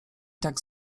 tak